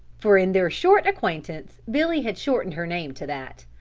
for in their short acquaintance billy had shortened her name to that.